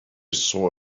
saw